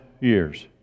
years